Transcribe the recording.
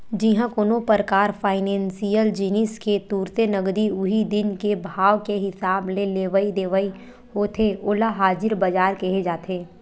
जिहाँ कोनो परकार फाइनेसियल जिनिस के तुरते नगदी उही दिन के भाव के हिसाब ले लेवई देवई होथे ओला हाजिर बजार केहे जाथे